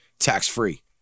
tax-free